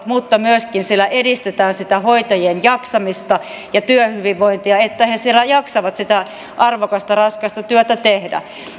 mutta sillä myöskin edistetään sitä hoitajien jaksamista ja työhyvinvointia että he siellä jaksavat sitä arvokasta raskasta työtä tehdä